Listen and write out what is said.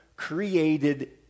created